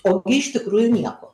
ogi iš tikrųjų nieko